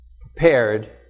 prepared